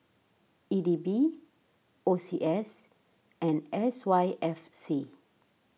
E D B O C S and S Y F C